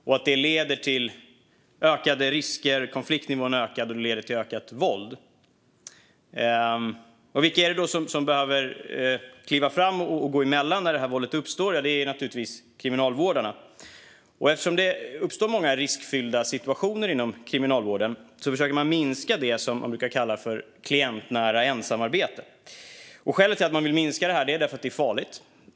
Det leder till ökade risker, att konfliktnivån ökar och ökat våld. Vilka är det då som behöver kliva fram och gå emellan när våldet uppstår? Det är naturligtvis kriminalvårdarna. Eftersom det uppstår många riskfyllda situationer inom Kriminalvården försöker man att minska det som man brukar kalla klientnära ensamarbete. Skälet till att man vill minska detta är därför att det är farligt.